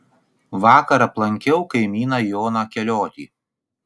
vakar aplankiau kaimyną joną keliotį